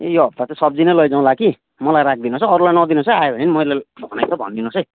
ए यो हप्ता चाहिँ सब्जी नै लैजाउँला कि मलाई राखिदिनुहोस् है अरूलाई नदिनुहोस् है आयो भने नि मैले भनेको छ भनिदिनुहोस् है